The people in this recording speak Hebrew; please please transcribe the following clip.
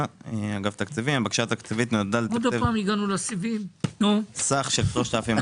הבקשה התקציבית נועדה לתקצב סך של 3,200